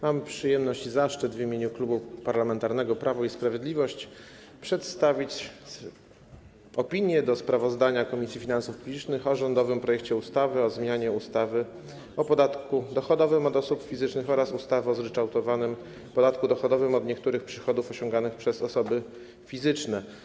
Mam przyjemność i zaszczyt w imieniu Klubu Parlamentarnego Prawo i Sprawiedliwość przedstawić opinię dotyczącą sprawozdania Komisji Finansów Publicznych o rządowym projekcie ustawy o zmianie ustawy o podatku dochodowym od osób fizycznych oraz ustawy o zryczałtowanym podatku dochodowym od niektórych przychodów osiąganych przez osoby fizyczne.